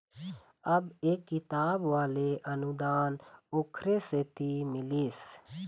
अब ये किताब वाले अनुदान ओखरे सेती मिलिस